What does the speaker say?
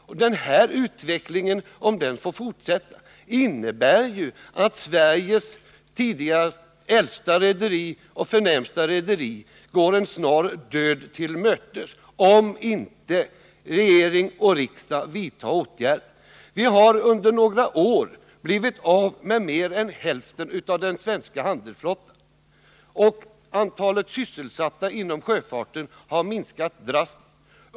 Om den här utvecklingen får fortsätta utan att regeringen vidtar åtgärder, kommer Sveriges äldsta och förnämsta rederi att gå en snar död till mötes. Vi har under några år blivit av med mer än hälften av den svenska handelsflottan. Antalet sysselsatta inom sjöfarten har minskat drastiskt.